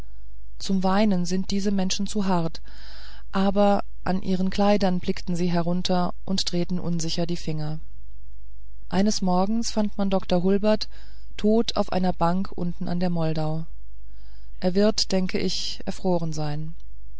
zum weinen sind diese menschen zu hart aber an ihren kleidern blickten sie herunter und drehten unsicher die finger eines morgens fand man dr hulbert tot auf einer bank unten an der moldau er wird denke ich erfroren sein